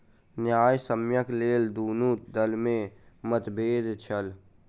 न्यायसम्यक लेल दुनू दल में मतभेद छल